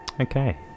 Okay